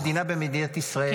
בטח במדינה כמו מדינה ישראל,